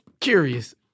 curious